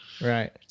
Right